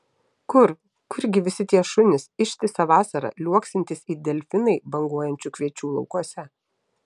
kur kurgi visi tie šunys ištisą vasarą liuoksintys it delfinai banguojančių kviečių laukuose